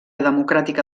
democràtica